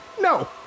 No